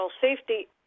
safety